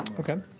okay.